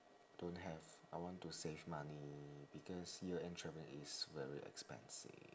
don't have I want to save money because year end traveling is very expensive